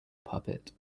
puppet